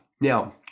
Now